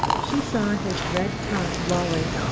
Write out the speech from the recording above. she saw his red tongue lolling,